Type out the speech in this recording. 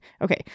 Okay